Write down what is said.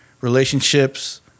relationships